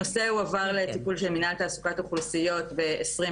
הנושא הועבר לטיפול של מינהל תעסוקת אוכלוסיות ב-2021,